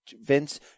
Vince